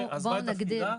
באייר תשפ"ב,